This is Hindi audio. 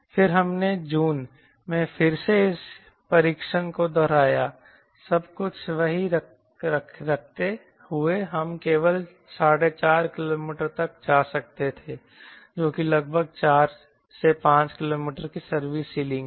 फिर हमने जून में फिर से इस परीक्षण को दोहराया सब कुछ वही रखते हुए हम केवल 45 किलोमीटर तक जा सकते थे जो कि लगभग 4 5 किलोमीटर की सर्विस सीलिंग है